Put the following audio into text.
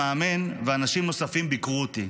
המאמן ואנשים נוספים ביקרו אותי.